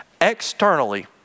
Externally